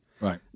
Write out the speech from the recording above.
Right